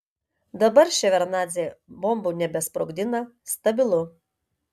dabar ševardnadzė bombų nebesprogdina stabilu